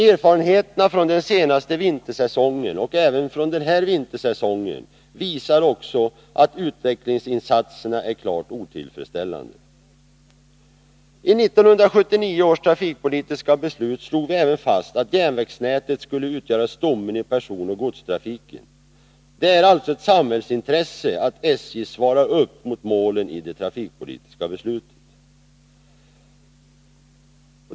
Erfarenheterna från den förra vintersäsongen och även från denna vintersäsong visar att utvecklingsinsatserna är klart otillfredsställande. I 1979 års trafikpolitiska beslut slog vi även fast att järnvägsnätet skulle utgöra stommen i personoch godstrafiken. Det är alltså ett samhällsintresse att SJ:s verksamhet svarar mot målen i det trafikpolitiska beslutet.